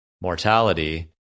mortality